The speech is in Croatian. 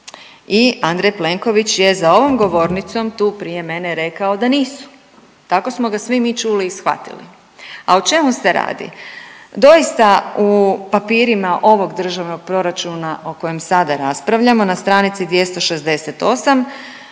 I Andrej Plenković je za ovom govornicom tu prije mene rekao da nisu. Tako smo ga svi mi čuli i shvatili. A o čemu se radi. doista u papirima ovog državnog proračuna o kojem sada raspravljamo na stranici 268.